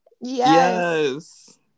Yes